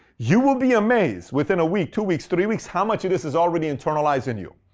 you will be amazed within a week, two weeks, three weeks how much of this is already internalized in you.